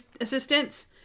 assistants